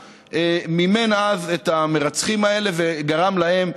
מימן אז את המרצחים האלה וגרם להם,